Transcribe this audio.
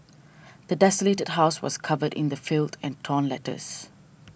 the desolated house was covered in the filth and torn letters